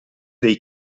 del